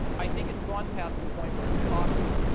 i think it's gone past the point where it's possible.